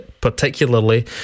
Particularly